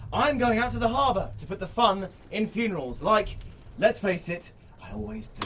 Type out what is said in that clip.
i'm going out to the harbour to put the fun in funerals, like let's face it i always do.